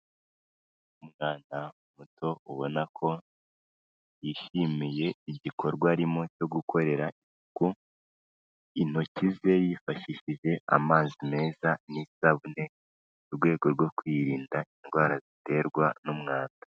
Umwana muto ubona ko yishimiye igikorwa arimo cyo gukorera ku intoki isuku intoki ze yifashishije amazi meza n'isabune, mu rwego rwo kwirinda indwara ziterwa n'umwanda.